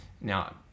Now